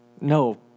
No